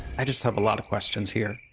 i just have a lot of questions here.